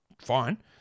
Fine